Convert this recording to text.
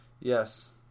Yes